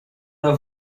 over